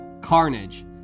Carnage